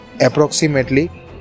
approximately